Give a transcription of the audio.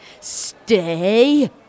Stay